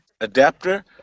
adapter